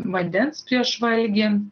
vandens prieš valgį